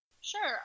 Sure